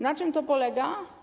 Na czym to polega?